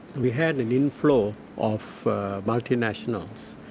we had an inflow of multinationals,